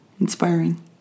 inspiring